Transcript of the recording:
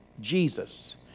Jesus